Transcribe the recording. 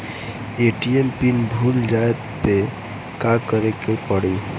ATM pin भूल जाए पे का करे के पड़ी?